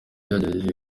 cyagaragaye